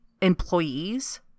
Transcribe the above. employees